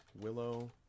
Willow